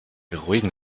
beruhigen